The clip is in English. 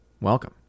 welcome